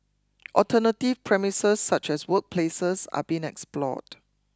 alternative premises such as workplaces are being explored